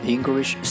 English